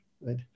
right